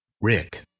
Rick